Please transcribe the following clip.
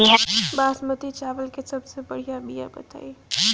बासमती चावल के सबसे बढ़िया बिया बताई?